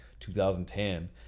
2010